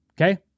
okay